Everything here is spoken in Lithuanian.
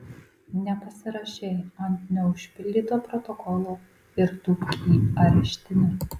nepasirašei ant neužpildyto protokolo ir tūpk į areštinę